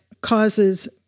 causes